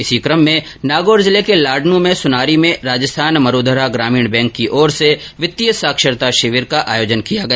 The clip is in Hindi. इसी कम में नागौर जिले के लाडनूं के सुनारी में राजस्थान मरूधरा ग्रामीण बैंक की ओर से वित्तीय साक्षरता शिविर का आयोजन किया गया